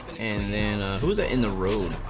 and then was ah enrolled